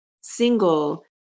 single